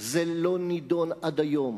זה לא נדון עד היום